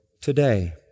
today